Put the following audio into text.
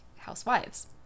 housewives